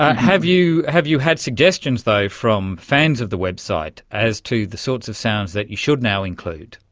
ah have you have you had suggestions though from fans of the website as to the sorts of sounds that you should now include?